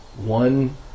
One